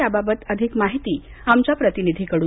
याबाबत अधिक माहिती आमच्या प्रतिनिधीकडून